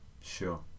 Sure